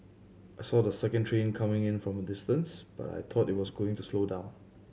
I saw the second train coming in from a distance but I thought it was going to slow down